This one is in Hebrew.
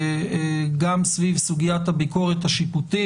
גם סביב סוגיית הביקורת השיפוטית,